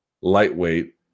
lightweight